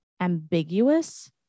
ambiguous